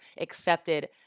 accepted